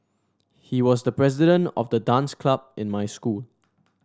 he was the president of the dance club in my school